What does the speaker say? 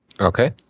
Okay